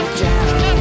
down